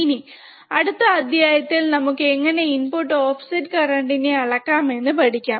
ഇനി അടുത്ത അദ്ധ്യായത്തിൽ നമുക്ക് എങ്ങനെ ഇൻപുട് ഓഫസറ്റ് കറന്റ് നെ അളക്കാം എന്ന് പഠിക്കാം